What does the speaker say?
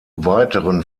weiteren